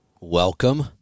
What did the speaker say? Welcome